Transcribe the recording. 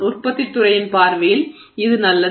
உற்பத்தித் துறையின் பார்வையில் இது நல்லது